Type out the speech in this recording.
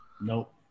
Nope